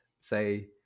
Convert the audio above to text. say